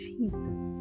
Jesus